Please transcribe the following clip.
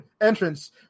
entrance